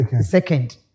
Second